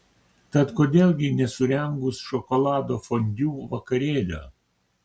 tad kodėl gi nesurengus šokolado fondiu vakarėlio